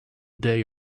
day